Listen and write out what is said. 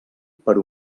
per